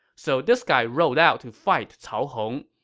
so this guy rode out to fight cao hong,